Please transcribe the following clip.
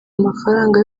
amafaranga